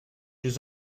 his